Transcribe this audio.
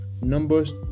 numbers